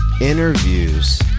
interviews